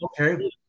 Okay